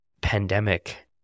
pandemic